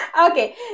Okay